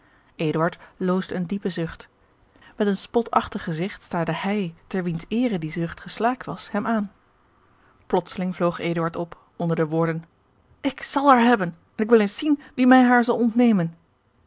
loosde een diepen zucht met een spotachtig gezigt staarde hij ter wiens eere die zucht geslaakt was hem aan plotseling vloog eduard op onder de woorden ik zal haar hebben en ik wil eens zien wie mij haar zal ontnemen